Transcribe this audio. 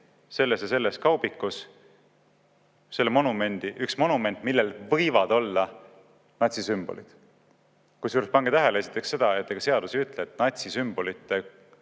selles ja selles kaubikus üks monument, millel võivad olla natsisümbolid. Kusjuures pange tähele esiteks seda, et ega seadus ei ütle, et natsisümbolite